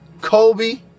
Kobe